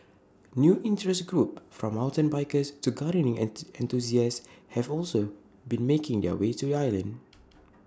new interest groups from mountain bikers to gardening enthusiasts have also been making their way to the island